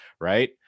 right